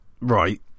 Right